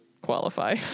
qualify